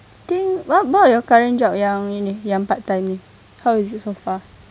think w~ what about your current job yang yang part time how is it so far